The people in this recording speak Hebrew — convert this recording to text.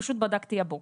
פשוט בדקתי הבוקר.